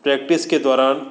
practice के दौरान